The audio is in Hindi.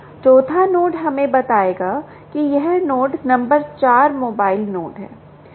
चौथा नोड हमें बताएं कि यह नोड नंबर 4 मोबाइल नोड है